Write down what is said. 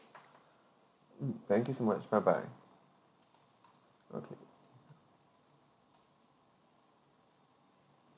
mm thank you so much bye bye okay